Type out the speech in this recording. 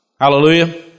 Hallelujah